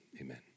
Amen